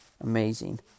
amazing